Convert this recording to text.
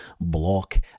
block